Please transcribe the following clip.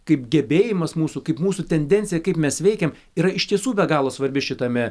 kaip gebėjimas mūsų kaip mūsų tendencija kaip mes veikiam yra iš tiesų be galo svarbi šitame